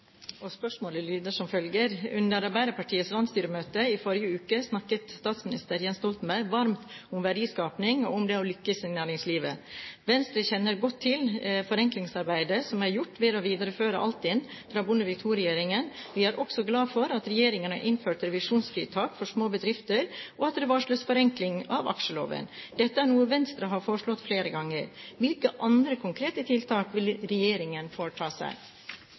og kystministeren, utsettes til neste spørretime, da statsråden er bortreist. Spørsmålet lyder som følger: «Under Arbeiderpartiets landsstyremøte i forrige uke snakket statsminister Jens Stoltenberg varmt om verdiskaping og om det å lykkes i næringslivet. Venstre kjenner godt til forenklingsarbeidet som er gjort ved å videreføre Altinn fra Bondevik II-regjeringen. Vi er også glad for at regjeringen har innført revisjonsfritak for små bedrifter, og at det varsles forenkling av aksjeloven. Dette er noe Venstre har foreslått flere ganger. Hvilke andre konkrete tiltak vil regjeringen foreta seg?»